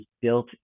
built